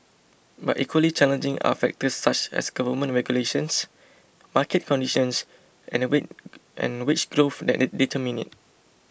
but equally challenging are factors such as government regulations market conditions and we and wage growth that determine it